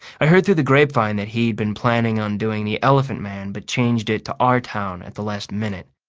i heard through the grapevine that he'd been planning on doing the elephant man but changed it to our town at the last minute,